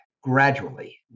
gradually